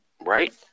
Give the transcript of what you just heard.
Right